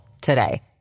today